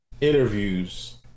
interviews